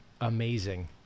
amazing